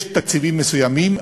יש תקציבים מסוימים.